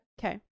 Okay